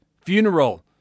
funeral